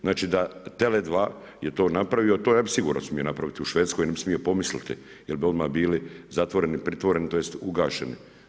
Znači da Tele2 je to napravio, to sigurno smio napraviti u Švedskoj, ne bi smio pomisliti, jer bi odmah bili zatvoreni, pritvoreni, tj. ugašeni.